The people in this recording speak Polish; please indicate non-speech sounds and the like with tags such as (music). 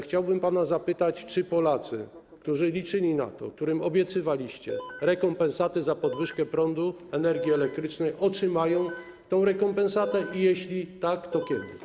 Chciałbym pana zapytać, czy Polacy, którzy liczyli na to, którym obiecywaliście (noise) rekompensaty za podwyżkę prądu, energii elektrycznej, otrzymają tę rekompensatę, a jeśli tak, to kiedy.